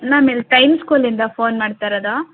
ma'am ಇಲ್ಲಿ time ಸ್ಕೂಲಿಂದ phone ಮಾಡ್ತಾ ಇರೋದು